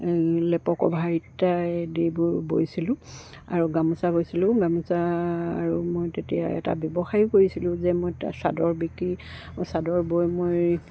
লেপৰ কভাৰ ইত্য়াদিবোৰ বৈছিলোঁ আৰু গামোচা বৈছিলোঁ গামোচা আৰু মই তেতিয়া এটা ব্যৱসায়ো কৰিছিলোঁ যে মই চাদৰ বিক্ৰী চাদৰ বৈ মই